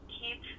keep